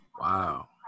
Wow